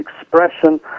expression